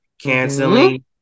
canceling